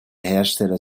hersteller